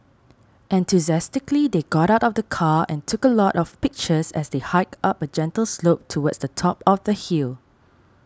enthusiastically they got out of the car and took a lot of pictures as they hiked up a gentle slope towards the top of the hill